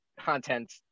content